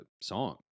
song